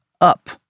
up